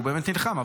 הוא באמת נלחם.